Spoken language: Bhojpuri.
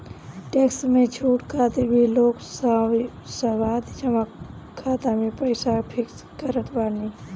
टेक्स में छूट खातिर भी लोग सावधि जमा खाता में पईसा फिक्स करत बाने